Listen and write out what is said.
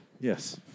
Yes